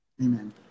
Amen